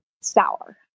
sour